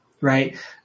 Right